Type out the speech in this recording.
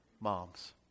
Moms